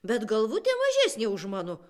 bet galvutė mažesnė už mano